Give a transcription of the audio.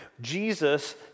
Jesus